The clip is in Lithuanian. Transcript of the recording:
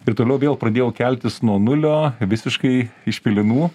ir toliau vėl pradėjau keltis nuo nulio visiškai iš pelenų